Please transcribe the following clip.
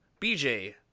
BJ